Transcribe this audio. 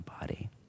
body